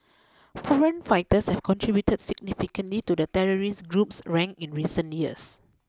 foreign fighters have contributed significantly to the terrorist group's ranks in recent years